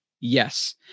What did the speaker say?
Yes